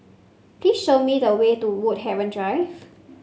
please show me the way to Woodhaven Drive